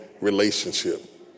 relationship